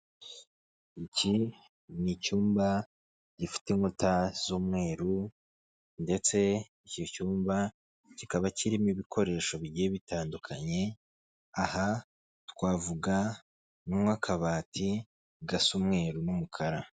Iki ni icyumba gifite inkuta z'umweru ndetse iki cyumba kikaba kirimo ibikoresho bigiye bitandukanye, aha twavuga nk'akabati gasa umweru n'umukara.